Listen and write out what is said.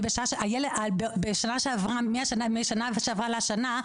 בשעה שהלב השמאלי שלו בשנה זו לא התפתח לעומת השנה שעברה?